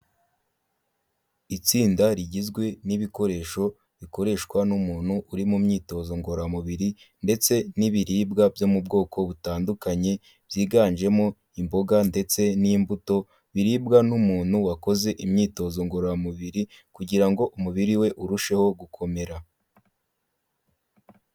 Itsinda rigizwe n'ibikoresho bikoreshwa n'umuntu uri mu myitozo ngororamubiri ndetse n'ibiribwa byo mu bwoko butandukanye, byiganjemo imboga ndetse n'imbuto, biribwa n'umuntu wakoze imyitozo ngororamubiri kugira ngo umubiri we urusheho gukomera.